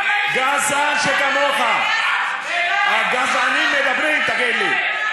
צא החוצה, תתבייש.